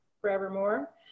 forevermore